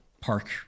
park